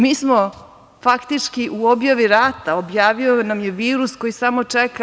Mi smo faktički u objavi rata, objavio nam je virus koji samo čeka.